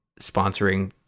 sponsoring